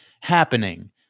happening